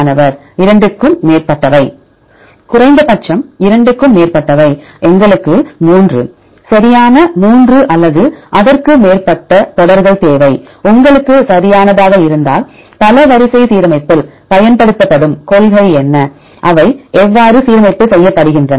மாணவர் 2 க்கும் மேற்பட்டவை குறைந்தபட்சம் 2 க்கும் மேற்பட்டவை எங்களுக்கு 3 சரியான 3 அல்லது அதற்கு மேற்பட்ட தொடர்கள் தேவை உங்களுக்கு சரியானதாக இருந்தால் பல வரிசை சீரமைப்பில் பயன்படுத்தப்படும் கொள்கை என்ன அவை எவ்வாறு சீரமைப்பு செய்யப்படுகின்றன